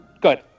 good